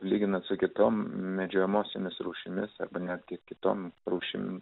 lyginant su kitom medžiojamosiomis rūšimis arba netgi kitoms rūšims